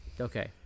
okay